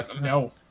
No